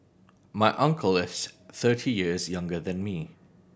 my uncle is thirty years younger than me